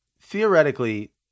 Theoretically